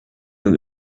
yıl